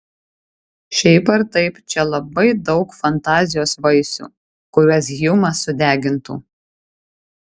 šiaip ar taip čia labai daug fantazijos vaisių kuriuos hjumas sudegintų